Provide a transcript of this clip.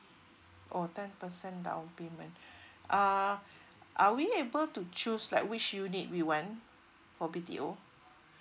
orh ten percent down payment uh are we able to choose like which unit we want for B_T_O